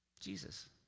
Jesus